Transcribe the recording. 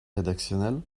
rédactionnel